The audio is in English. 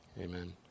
Amen